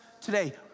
today